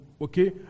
okay